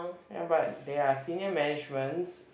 ya but there are senior managements